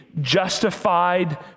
justified